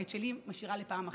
ואת שלי אני משאירה לפעם אחרת.